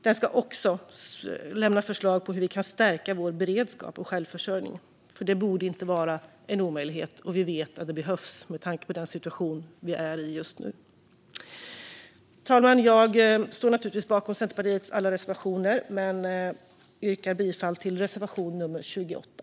Den ska också lämna förslag om hur vi kan stärka vår beredskap och självförsörjning. Detta borde inte vara en omöjlighet, och vi vet att det behövs med tanke på den situation som vi är i just nu. Fru talman! Jag står naturligtvis bakom Centerpartiets alla reservationer, men jag yrkar bifall endast till reservation nummer 28.